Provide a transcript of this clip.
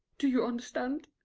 do you understand?